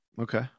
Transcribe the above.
Okay